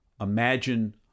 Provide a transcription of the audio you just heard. imagine